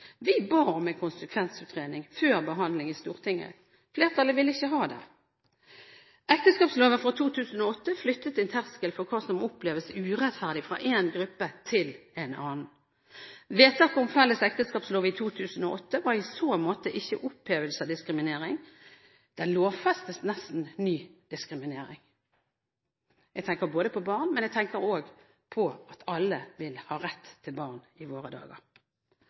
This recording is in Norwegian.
ba om en konsekvensutredning før behandling i Stortinget. Flertallet ville ikke ha det. Ekteskapsloven fra 2008 flyttet en terskel for hva som oppleves urettferdig, fra en gruppe til en annen. Vedtaket om felles ekteskapslov i 2008 var i så måte ikke opphevelse av diskriminering – der lovfestes nesten ny diskriminering. Jeg tenker på barn, men jeg tenker også på at alle vil ha rett til barn i våre dager.